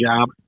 job